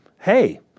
hey